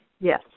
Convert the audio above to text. Yes